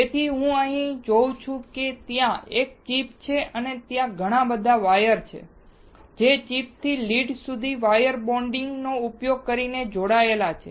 તેથી હું અહીં શું જોઈ શકું છું કે ત્યાં એક ચિપ છે અને ત્યાં ઘણા બધા વાયર છે જે ચિપથી લીડ સુધી વાયર બોન્ડિંગ નો ઉપયોગ કરીને જોડાયેલા છે